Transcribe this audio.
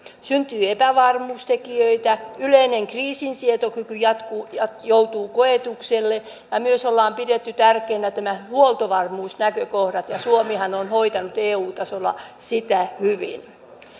syntyy epävarmuustekijöitä yleinen kriisinsietokyky jatkuu ja joutuu koetukselle myös on pidetty tärkeänä huoltovarmuusnäkökohtia ja suomihan on hoitanut eu tasolla sitä hyvin